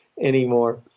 anymore